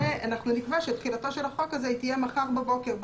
ואנחנו נקבע שתחילתו של החוק הזה תהיה מחר בבוקר,